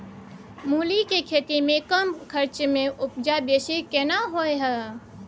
मूली के खेती में कम खर्च में उपजा बेसी केना होय है?